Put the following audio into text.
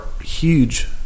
huge